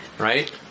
Right